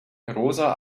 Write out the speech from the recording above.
rosa